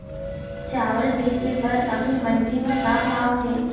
चांवल बेचे बर अभी मंडी म का भाव हे?